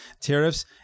tariffs